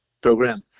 program